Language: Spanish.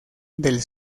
del